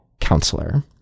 counselor